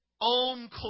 own